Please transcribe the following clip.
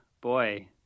boy